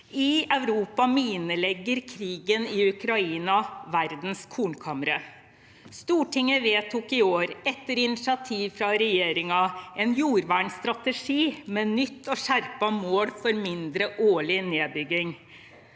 i Europa minelegger krigen i Ukraina verdens kornkamre. Stortinget vedtok i år, etter initiativ fra regjeringen, en jordvernstrategi med nytt og skjerpet mål for mindre årlig nedbygging.